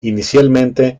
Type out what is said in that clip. inicialmente